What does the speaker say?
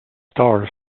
stars